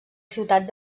ciutat